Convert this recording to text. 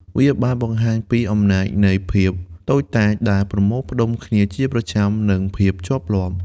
វាបានបង្ហាញពី អំណាចនៃភាពតូចតាចដែលប្រមូលផ្ដុំគ្នាជាប្រចាំ និងភាពជាប់លាប់។